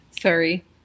Sorry